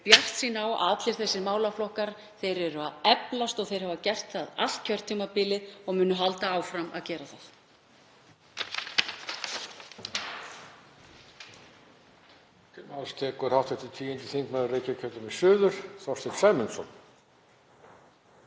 bjartsýn á alla þessa málaflokka, þeir eru að eflast og þeir hafa gert það allt kjörtímabilið og munu halda áfram að gera það.